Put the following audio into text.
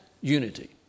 unity